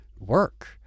work